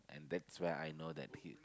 and that's where I know that he